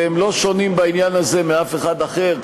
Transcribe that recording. והם לא שונים בעניין הזה מאף אחד אחר.